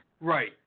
Right